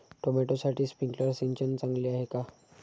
टोमॅटोसाठी स्प्रिंकलर सिंचन चांगले आहे का?